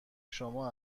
شما